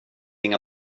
inga